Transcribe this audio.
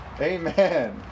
amen